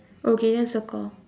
okay then circle